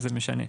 זה משנה.